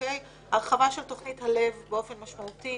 הרחבה של תכנית הל"ב באופן משמעותי,